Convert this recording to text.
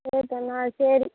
இருபத்தொன்னா சரி